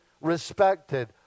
respected